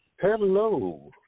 Hello